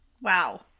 Wow